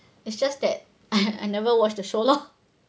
it's just that I I never watch the show lor